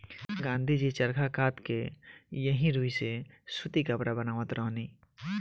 गाँधी जी चरखा कात के एही रुई से सूती कपड़ा बनावत रहनी